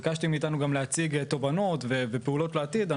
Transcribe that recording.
ביקשתם מאיתנו גם להציג תובנות ופעולות לעתיד.